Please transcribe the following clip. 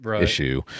issue